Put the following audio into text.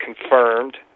confirmed